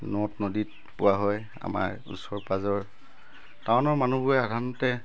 নদ নদীত পোৱা হয় আমাৰ ওচৰ পাঁজৰ টাউনৰ মানুহবোৰে সাধাৰণতে